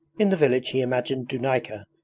in the village he imagined dunayka,